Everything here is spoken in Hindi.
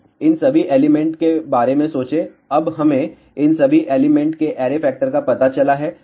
अब इन सभी एलिमेंट के बारे में सोचें अब हमें इन सभी एलिमेंट के ऐरे फैक्टर का पता चला है